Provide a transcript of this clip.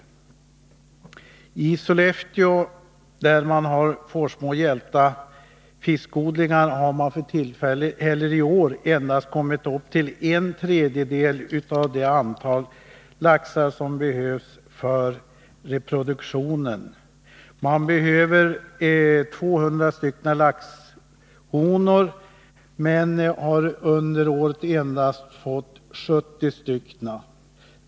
I år har man vid fiskodlingarna i Forsmo och Hjälta i Sollefteå endast kommit upp till en tredjedel av det antal avelslaxar som behövs för reproduktionen. Man behöver ca 200 stycken laxhonor men har endast fått 70 stycken i år.